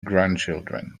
grandchildren